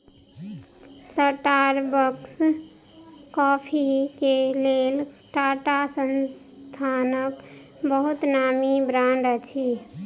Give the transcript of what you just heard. Starbucks coffee के लेल टाटा संस्थानक बहुत नामी ब्रांड अछि